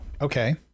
okay